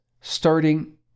Starting